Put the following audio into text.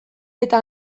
eta